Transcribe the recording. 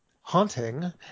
haunting